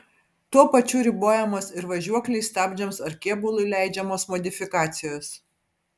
tuo pačiu ribojamos ir važiuoklei stabdžiams ar kėbului leidžiamos modifikacijos